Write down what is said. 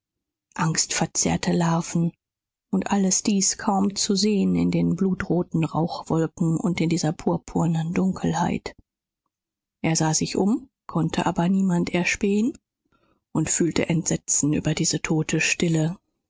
angstverzerrte larven und alles dies kaum zu sehen in den blutroten rauchwolken und in dieser purpurnen dunkelheit er sah sich um konnte aber niemand erspähen und fühlte entsetzen über diese tote stille